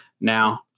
now